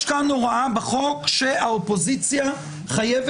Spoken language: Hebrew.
יש כאן הוראה בחוק שלאופוזיציה חייב